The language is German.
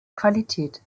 qualität